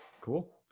cool